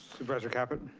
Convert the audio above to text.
supervisor caput?